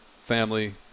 family